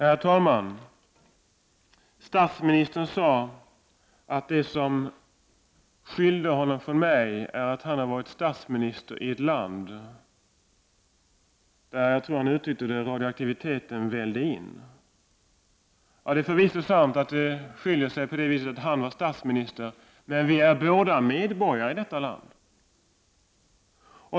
Herr talman! Statsministern sade att det som skiljer honom från mig är att han har varit statsminister i ett land där radioaktiviteten vällde in — jag tror det var så han sade. Det är förvisso sant att han är statsminister, men vi är båda medborgare i detta land.